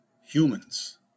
humans